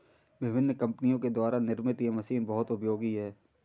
विभिन्न कम्पनियों के द्वारा निर्मित यह मशीन बहुत उपयोगी है